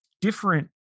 different